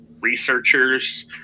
researchers